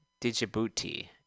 Djibouti